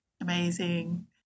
Amazing